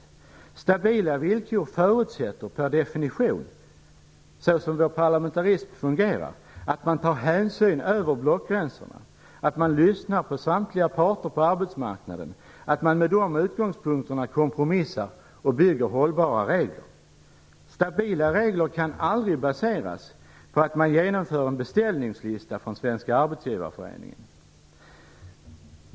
Stabila villkor förutsätter per definition, så som vår parlamentarism fungerar, att man tar hänsyn över blockgränserna, att man lyssnar på samtliga parter på arbetsmarknaden och att man med de utgångspunkterna kompromissar och bygger hållbara regler. Stabila regler kan aldrig baseras på att man upprättar en beställningslista från Svenska arbetsgivareföreningen.